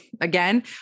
again